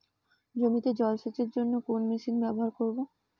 জমিতে জল সেচের জন্য কোন মেশিন ব্যবহার করব?